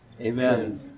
Amen